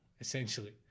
essentially